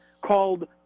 called